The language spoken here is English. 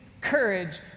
courage